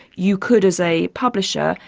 you could, as a publisher,